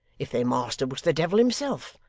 if their master was the devil himself.